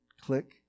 Click